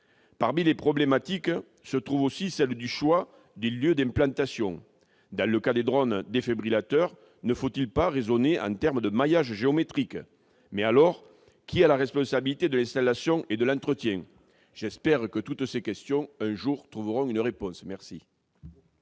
Parmi les problématiques, il y a aussi le choix des lieux d'implantation. Dans le cas des drones défibrillateurs, ne faut-il pas plutôt raisonner en termes de maillage « géométrique »? Mais alors, dans ce cas, qui a la responsabilité de l'installation et de l'entretien ? J'espère que toutes ces questions trouveront un jour une réponse. Quel